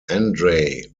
andrey